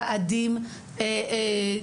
ועדים,